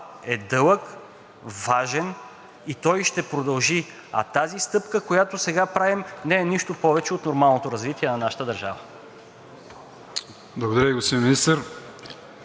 е дълъг, важен и той ще продължи. А тази стъпка, която сега правим, не е нищо повече от нормалното развитие на нашата държава. ПРЕДСЕДАТЕЛ АТАНАС